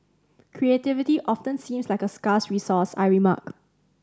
creativity often seems like a scarce resource I remark